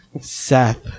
Seth